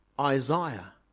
Isaiah